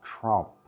Trump